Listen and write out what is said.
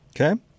Okay